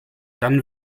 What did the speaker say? dann